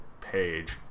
page